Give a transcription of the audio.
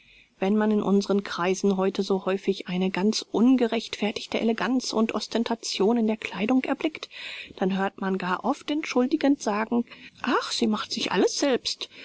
wenn man in unsren kreisen heute so häufig eine ganz ungerechtfertigte eleganz und ostentation in der kleidung erblickt dann hört man gar oft entschuldigend sagen ach sie macht sich alles selbst